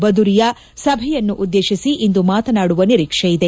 ಬದುರಿಯಾ ಸಭೆಯನ್ನುದ್ದೇಶಿಸಿ ಇಂದು ಮಾತನಾಡುವ ನಿರೀಕ್ಷೆ ಇದೆ